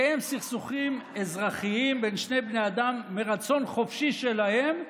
לקיים סכסוכים אזרחיים בין שני בני אדם מרצון חופשי שלהם,